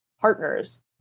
partners